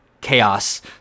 chaos